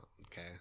okay